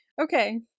Okay